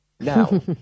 Now